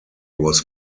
was